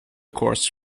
course